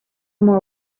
more